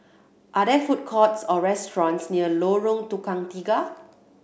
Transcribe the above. are there food courts or restaurants near Lorong Tukang Tiga